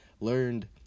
learned